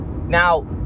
Now